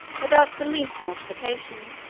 without the least mortification.